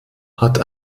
hat